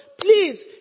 please